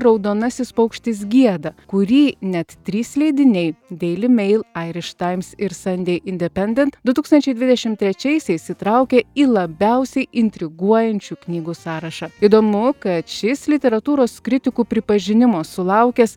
raudonasis paukštis gieda kurį net trys leidiniai daily mail irish times ir sunday independent du tūkstančiai dvidešim trečiaisiais įtraukė į labiausiai intriguojančių knygų sąrašą įdomu kad šis literatūros kritikų pripažinimo sulaukęs